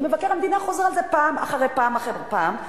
כי מבקר המדינה חוזר על זה פעם אחרי פעם אחרי פעם.